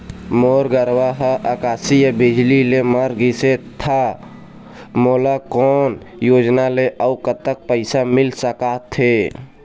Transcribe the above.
मोर गरवा हा आकसीय बिजली ले मर गिस हे था मोला कोन योजना ले अऊ कतक पैसा मिल सका थे?